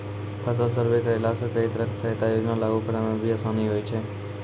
फसल सर्वे करैला सॅ कई तरह के सहायता योजना लागू करै म भी आसानी होय छै